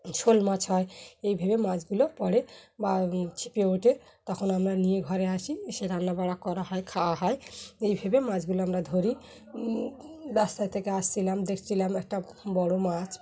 শোল মাছ হয় এইভেবে মাছগুলো পরে বা ছিপে ওঠে তখন আমরা নিয়ে ঘরে আসি এসে রান্নাাবড়া করা হয় খাওয়া হয় এইভেবে মাছগুলো আমরা ধরি রাস্তা থেকে আসছিলাম দেখছিলাম একটা বড়ো মাছ